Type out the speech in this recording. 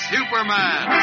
Superman